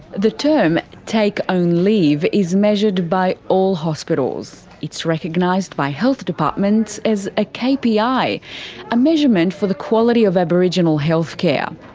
the term take own leave is measured by all hospitals. it's recognised by health departments as a kpi, a measurement for the quality of aboriginal healthcare.